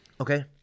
Okay